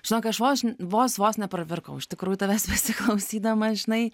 žinok aš vos vos vos nepravirkau iš tikrųjų tavęs besiklausydama žinai